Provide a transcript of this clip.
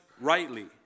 rightly